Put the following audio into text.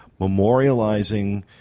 memorializing